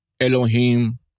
Elohim